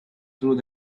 through